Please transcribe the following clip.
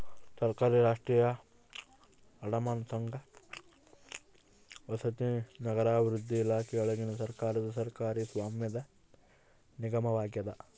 ಸರ್ಕಾರಿ ರಾಷ್ಟ್ರೀಯ ಅಡಮಾನ ಸಂಘ ವಸತಿ ಮತ್ತು ನಗರಾಭಿವೃದ್ಧಿ ಇಲಾಖೆಯೊಳಗಿನ ಸರ್ಕಾರದ ಸರ್ಕಾರಿ ಸ್ವಾಮ್ಯದ ನಿಗಮವಾಗ್ಯದ